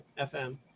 FM